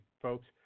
folks